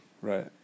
Right